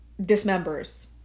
dismembers